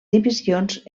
divisions